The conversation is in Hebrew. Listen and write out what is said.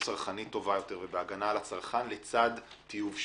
צרכנית טובה יותר ובהגנה על הצרכן לצד טיוב שוק.